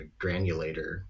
granulator